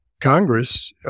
Congress